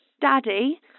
Daddy